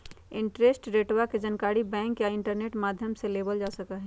interest रेटवा के जानकारी बैंक या इंटरनेट माध्यम से लेबल जा सका हई